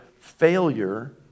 failure